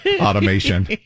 automation